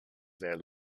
their